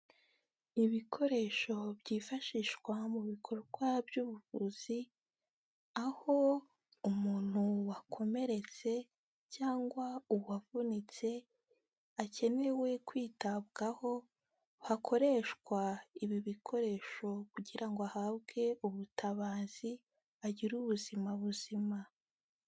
Ibikoresho byifashishwa mu bikorwa by'ubuvuzi, aho umuntu wakomeretse cyangwa uwavunitse, akenewe kwitabwaho hakoreshwa ibi bikoresho kugira ngo ahabwe ubutabazi agire ubuzima buzima.